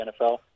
NFL